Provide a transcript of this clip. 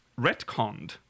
retconned